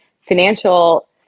financial